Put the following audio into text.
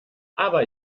aber